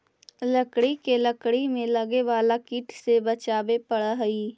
लकड़ी के लकड़ी में लगे वाला कीट से बचावे पड़ऽ हइ